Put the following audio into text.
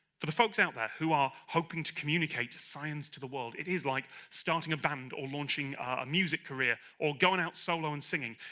for the folks out there who are hoping to communicate science to the world it is like starting a band or launching a music career or going out solo and singing.